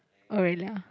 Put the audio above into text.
oh really ah